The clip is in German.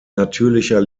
natürlicher